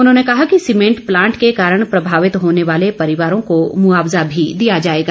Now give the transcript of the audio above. उन्होंने कहा कि सीमेंट प्लांट के कारण प्रभावित होने वाले परिवारों को मुआवज़ा भी दिया जाएगा